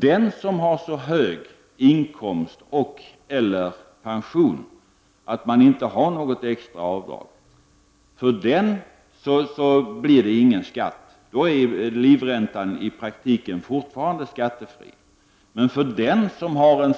Den som har så hög inkomst och/eller pension att han eller hon inte har något extra avdrag får ingen skatt, utan då är livräntan i praktiken fortfarande skattefri. Men för den som har en